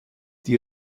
die